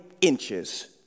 inches